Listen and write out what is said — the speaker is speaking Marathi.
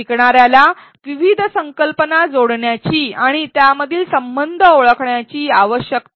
शिकणार्याला विविध संकल्पना जोडण्याची आणि त्यामधील संबंध ओळखण्याची आवश्यकता आहे